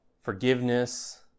forgiveness